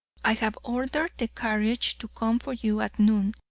i have ordered the carriage to come for you at noon,